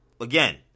again